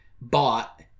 bought